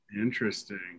Interesting